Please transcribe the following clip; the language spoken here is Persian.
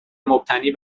مبتنی